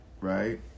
Right